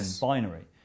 binary